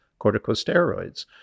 corticosteroids